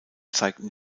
zeigten